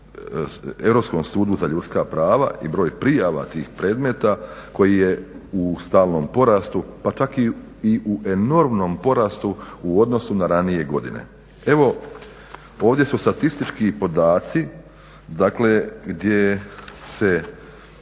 Europskom sudu za ljudska prava i broj prijava tih predmeta koji je u stalnom porastu pa čak i u enormnom porastu u odnosu na ranije godine. Evo ovdje su statistički podaci dakle gdje se